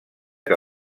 que